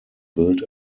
built